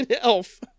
elf